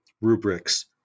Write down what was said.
rubrics